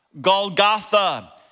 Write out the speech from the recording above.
Golgotha